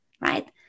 right